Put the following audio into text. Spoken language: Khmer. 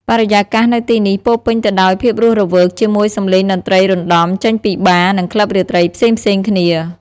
បរិយាកាសនៅទីនេះពោរពេញទៅដោយភាពរស់រវើក ជាមួយ សំឡេងតន្ត្រីរណ្ដំ ចេញពីបារ និងក្លឹបរាត្រីផ្សេងៗគ្នា។